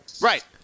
Right